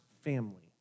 family